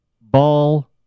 ball